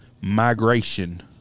MIGRATION